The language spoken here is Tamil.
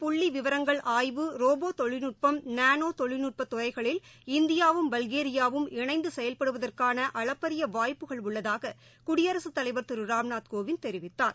புள்ளி விவரங்கள் ஆய்வு ரோபோதொழில்நட்பம் நானோ தொழில்நட்பத் துறைகளில் இந்தியாவும் பல்கேரியாவும் இணைந்து செயல்படுவதற்கான அளப்பறிய வாய்ப்புகள் உள்ளதாக குடியரசுத் தலைவர் திரு ராம்நாத் கோவிந்த் தெரிவித்தார்